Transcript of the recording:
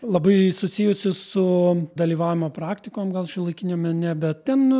labai susijusi su dalyvavimo praktikom gal šiuolaikiniame nebe ten